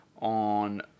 on